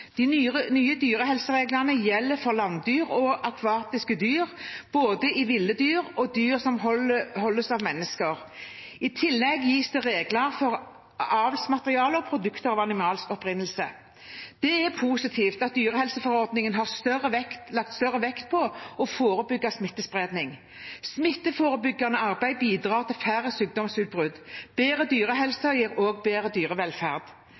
De nye dyrehelsereglene gjelder for landdyr og akvatiske dyr, både ville dyr og dyr som holdes av mennesker. I tillegg gis det regler for avlsmateriale og produkter av animalsk opprinnelse. Det er positivt at dyrehelseforordningen har lagt større vekt på å forebygge smittespredning. Smitteforebyggende arbeid bidrar til færre sykdomsutbrudd. Bedre dyrehelse gir også bedre dyrevelferd.